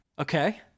Okay